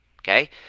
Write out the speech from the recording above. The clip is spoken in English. okay